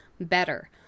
better